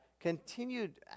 continued